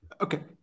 Okay